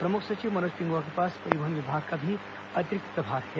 प्रमुख सचिव मनोज पिंगुआ के पास परिवहन विभाग का भी अतिरिक्त प्रभार है